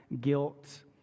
guilt